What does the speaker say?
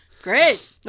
Great